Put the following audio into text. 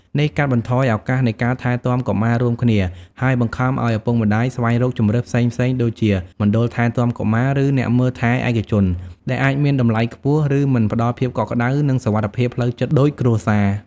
នេះកាត់បន្ថយឱកាសនៃការថែទាំកុមាររួមគ្នា ហើយបង្ខំឱ្យឪពុកម្ដាយស្វែងរកជម្រើសផ្សេងៗដូចជាមណ្ឌលថែទាំកុមារ ឬអ្នកមើលថែឯកជន ដែលអាចមានតម្លៃខ្ពស់ ឬមិនផ្ដល់ភាពកក់ក្ដៅ និងសុវត្ថិភាពផ្លូវចិត្តដូចគ្រួសារ។